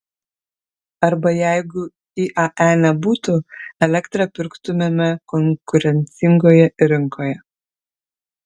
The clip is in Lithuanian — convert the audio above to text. arba jeigu iae nebūtų elektrą pirktumėme konkurencingoje rinkoje